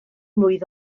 mlwydd